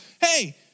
hey